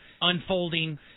unfolding